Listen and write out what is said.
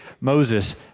Moses